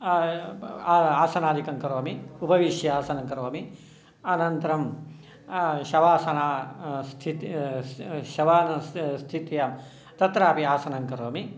आसनादिकङ्करोमि उपविश्य आसनङ्करोमि अनन्तरं शवासनं स्थित्यां तत्रापि आसनङ्करोमि